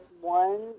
one